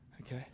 Okay